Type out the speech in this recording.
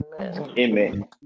amen